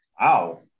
wow